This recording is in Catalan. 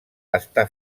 està